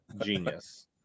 genius